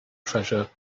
treasure